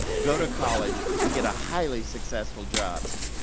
go to college, and get a highly successful job.